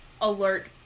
alert